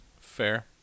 Fair